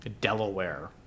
Delaware